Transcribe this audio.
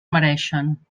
mereixen